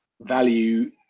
value